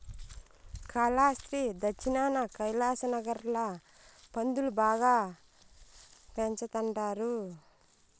కాలాస్త్రి దచ్చినాన కైలాసనగర్ ల పందులు బాగా పెంచతండారు